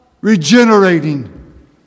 regenerating